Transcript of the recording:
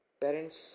parents